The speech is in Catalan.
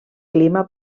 clima